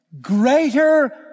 greater